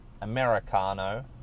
Americano